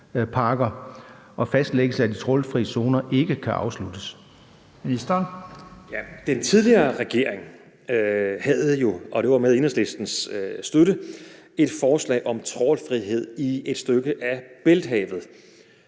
(Magnus Heunicke): Den tidligere regering havde jo, og det var med Enhedslistens støtte, et forslag om trawlfrihed i et stykke af Bælthavet.